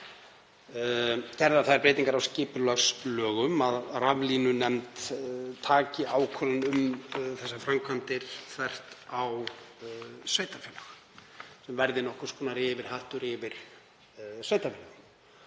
gerðar þær breytingar á skipulagslögum að raflínunefnd taki ákvörðun um slíkar framkvæmdir þvert á sveitarfélög sem verði nokkurs konar yfirhattur yfir sveitarfélög.